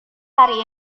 hari